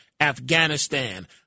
Afghanistan